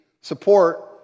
support